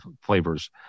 flavors